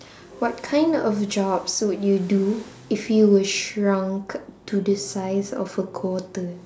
what kind of jobs would you do if you were shrunk to the size of a quarter